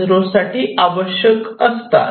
0 साठी आवश्यक असतात